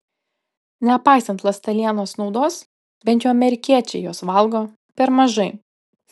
nepaisant ląstelienos naudos bent jau amerikiečiai jos valgo per mažai